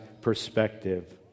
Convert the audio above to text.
perspective